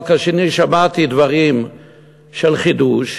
אבל כאשר אני שמעתי דברים של חידוש,